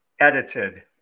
edited